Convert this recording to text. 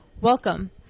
Welcome